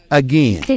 again